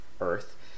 earth